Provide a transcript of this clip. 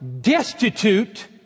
destitute